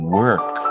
work